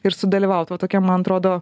ir sudalyvaut va tokiam man atrodo